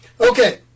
Okay